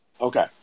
Okay